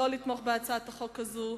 לא לתמוך בהצעת החוק הזאת.